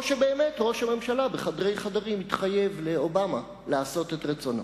או שבאמת ראש הממשלה התחייב בחדרי חדרים לאובמה לעשות את רצונו.